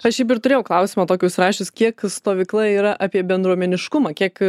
aš šiaip ir turėjau klausimą tokį užsirašius kiek stovykla yra apie bendruomeniškumą kiek